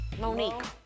Monique